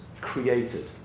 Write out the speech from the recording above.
created